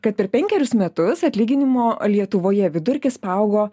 kad per penkerius metus atlyginimų lietuvoje vidurkis paaugo